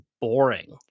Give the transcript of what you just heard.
boring